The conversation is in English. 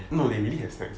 no they really have sex ah